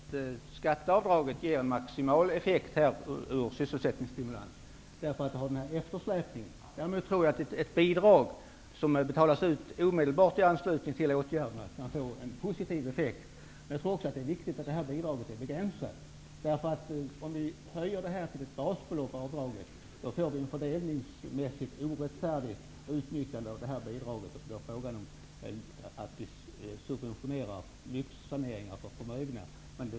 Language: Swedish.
Herr talman! Jag tror inte att skatteavdraget ger maximal effekt som sysselsättningsstimulans eftersom det har en eftersläpning. Däremot tror jag att ett bidrag som betalas ut omedelbart i anslutning till åtgärderna kan få en positiv effekt. Det är också viktigt att detta bidrag är begränsat. Om vi höjer gränsen för avdrag till ett basbelopp, får vi ett fördelningsmässigt orättfärdigt utnyttjande av detta bidrag. Vi subventionerar i så fall lyxsaneringar för förmögna.